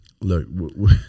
Look